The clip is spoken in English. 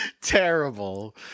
Terrible